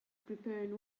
preparing